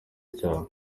cyabo